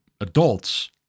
adults